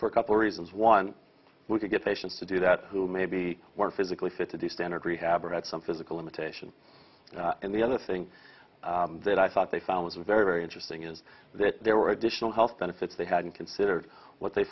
for a couple reasons one were to get patients to do that who may be more physically fit to do standard rehab or had some physical limitations and the other thing that i thought they found was very very interesting is that there were additional health benefits they hadn't considered what they